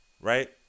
Right